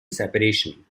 separation